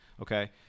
Okay